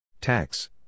Tax